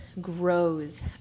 grows